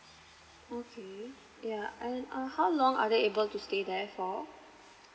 okay yeah and how long are they able to stay there for